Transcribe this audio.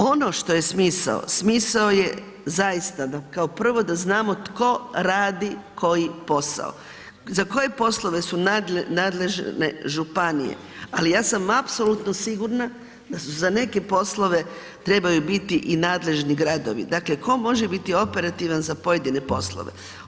Ono što je smisao, smisao je zaista da kao prvo znamo tko radi koji posao, za koje poslove su nadležne županije ali ja sam apsolutno sigurna da za neke poslove trebaju biti i nadležni gradovi, dakle tko može biti operativan za pojedine poslove.